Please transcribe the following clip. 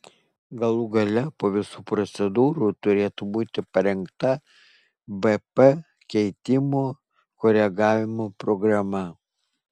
galų gale po visų procedūrų turėtų būti parengta bp keitimo koregavimo programa